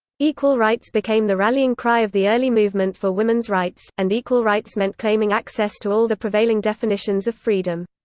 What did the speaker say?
equal rights became the rallying cry of the early movement for women's rights, and equal rights meant claiming access to all the prevailing definitions of freedom.